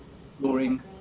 exploring